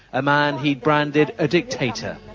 a man he branded a dictator.